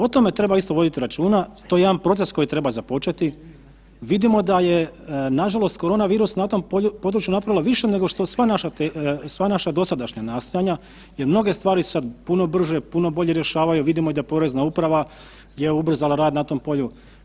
O tome treba isto voditi računa, to je jedan proces koji treba započeti, vidimo da je nažalost korona virus na tom području napravila više nego što sva naša dosadašnja nastojanja jer mnoge stvari sad puno brže, puno bolje rješavaju, vidimo i da porezna uprava je ubrzala rad na tom polju.